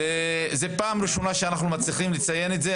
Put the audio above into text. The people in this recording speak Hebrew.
זה פעם ראשונה שאנחנו מצליחים לציין את זה.